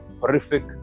horrific